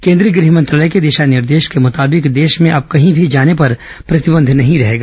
केंद्रीय गृह मंत्रालय के दिशा निर्देश के मुताबिक देश में अब कहीं भी जोन पर प्रतिबंध नहीं रहेगा